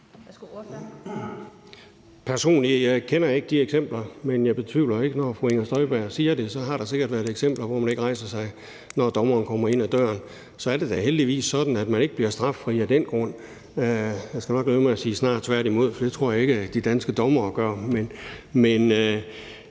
Personligt kender jeg ikke de eksempler, men jeg betvivler det ikke, når fru Inger Støjberg siger det; så har der sikkert været eksempler på, at man ikke rejser sig, når dommeren kommer ind ad døren. Så er det da heldigvis sådan, at man ikke bliver straffri af den grund. Jeg skal nok lade være med at sige snarere tværtimod, for det tror jeg ikke at de danske dommere gør.